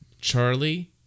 Charlie